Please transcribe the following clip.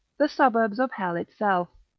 the suburbs of hell itself.